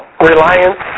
Reliance